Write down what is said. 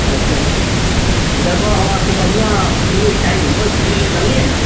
अच्छा अच्छा तऽ जगह हमरा खूब बढ़िआँ मिलैके चाही घुमै फिरैलए जानलिए ने